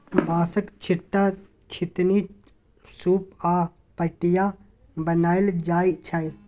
बाँसक, छीट्टा, छितनी, सुप आ पटिया बनाएल जाइ छै